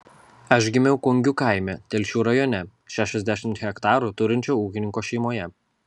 aš gimiau kungių kaime telšių rajone šešiasdešimt hektarų turinčio ūkininko šeimoje